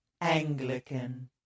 Anglican